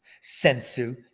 sensu